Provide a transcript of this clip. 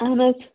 اَہَن حظ